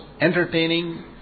entertaining